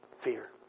Fear